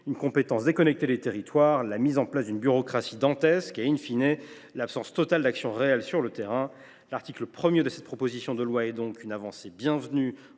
une compétence déconnectée des territoires, la mise en place d’une bureaucratie dantesque et,, l’absence totale d’action réelle sur le terrain. L’article 1 de cette proposition de loi est donc une avancée bienvenue